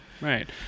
right